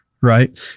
right